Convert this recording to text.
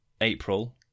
April